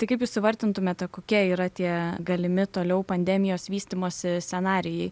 tai kaip jūs įvardintumėte kokie yra tie galimi toliau pandemijos vystymosi scenarijai